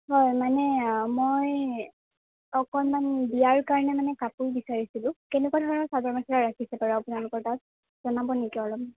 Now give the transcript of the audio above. হয় মানে মই অকণমান বিয়াৰ কাৰণে মানে কাপোৰ বিচাৰিছিলোঁ কেনেকুৱা ধৰণৰ চাদৰ মেখেলা ৰাখিছে বাৰু আপোনালোকৰ তাত জনাব নেকি অলপ